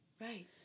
Right